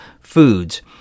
foods